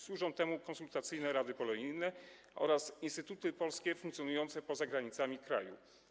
Służą temu konsultacyjne rady polonijne oraz instytuty polskie funkcjonujące poza granicami kraju.